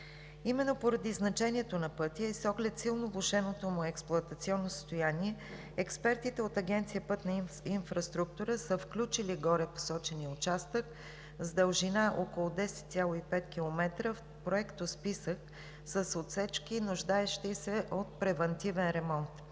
Именно поради значението на пътя и с оглед силно влошеното му експлоатационно състояние експертите от Агенция „Пътна инфраструктура“ са включили горепосочения участък с дължина около 10,5 км в проектосписък с отсечки, нуждаещи се от превантивен ремонт.